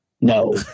No